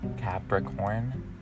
Capricorn